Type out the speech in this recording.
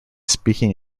speaking